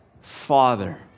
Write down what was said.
Father